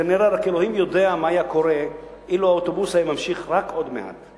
וכנראה רק אלוהים יודע מה היה קורה אילו האוטובוס היה ממשיך עוד רק מעט.